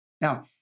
Now